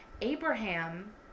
Abraham